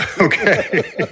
okay